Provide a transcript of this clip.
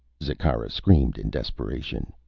zikkara screamed in desperation.